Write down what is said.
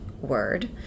word